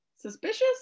Suspicious